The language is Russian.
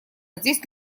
здесь